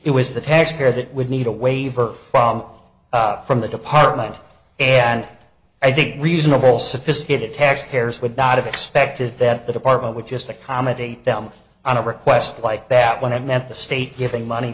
it was the taxpayer that would need a waiver from the department and i think reasonable sophisticated taxpayers would not have expected that the department would just accommodate them on a request like that when it meant the state giving money